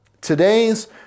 Today's